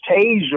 taser